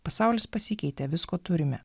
pasaulis pasikeitė visko turime